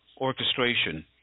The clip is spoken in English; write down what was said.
orchestration